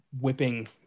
whipping